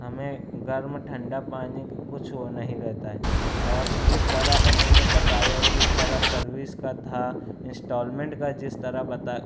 ہمیں گرم ٹھنڈا پانی کا کچھ وہ نہیں رہتا ہے اور جس طرح انہوں نے بتایا جس طرح سروس کا تھا انسٹالمنٹ کا جس طرح بتا